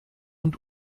und